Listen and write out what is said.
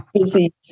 busy